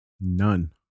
None